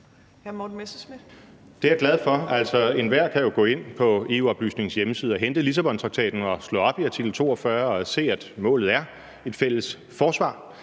Det er jeg glad for. Altså, enhver kan jo gå ind på EU-oplysningens hjemmeside og hente Lissabontraktaten og slå op i artikel 42 og se, at målet er et fælles forsvar.